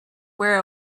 where